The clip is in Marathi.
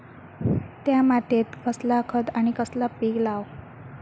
त्या मात्येत कसला खत आणि कसला पीक लाव?